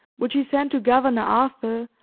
which he sent to governor arthur,